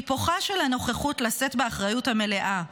היפוכה של הנוכחות לשאת באחריות המלאה,